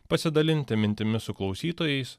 pasidalinti mintimis su klausytojais